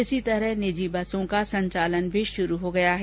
इस प्रकार निजी बसों का संचालन भी शुरू हो गया है